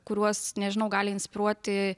kuriuos nežinau gali inspiruoti